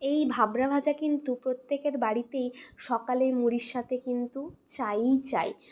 এই ভাবরা ভাজা কিন্তু প্রত্যেকের বাড়িতেই সকালে মুড়ির সাথে কিন্তু চাই ই চাই